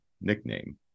nickname